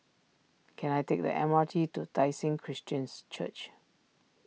can I take the M R T to Tai Seng Christians Church